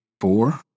four